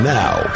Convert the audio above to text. now